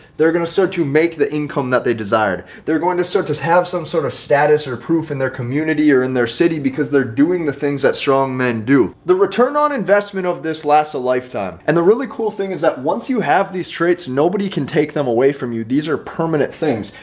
they're going to start to make the income that they desired, they're going to start to have some sort of status or proof in their community or in their city because they're doing the things that strong men do. the return on investment of this lasts a lifetime. and the really cool thing is that once you have these traits, nobody can take them away from you. these are permanent things.